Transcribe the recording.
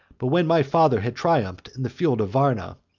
but when my father had triumphed in the field of warna,